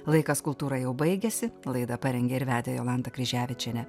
laikas kultūra jau baigiasi laidą parengė ir vedė jolantą kryževičienę